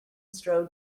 strode